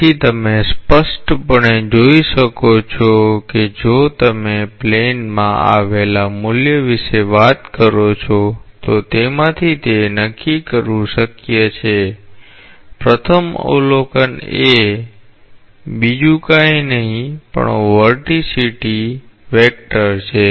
તેથી તમે સ્પષ્ટપણે જોઈ શકો છો કે જો તમે પ્લેનમાં આવેલા મૂલ્ય વિશે વાત કરો છો તો તેમાંથી તે નક્કી કરવું શક્ય છે કે પ્રથમ અવલોકન એ બીજું કાંઈ નહીં પણ વર્ટિસિટી વેક્ટર છે